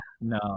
No